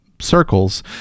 circles